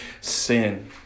sin